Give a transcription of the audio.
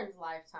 lifetime